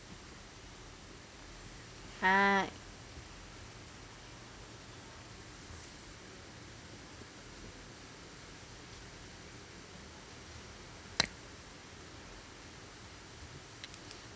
ah